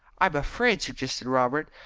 i am afraid, suggested robert,